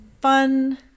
fun